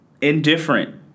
indifferent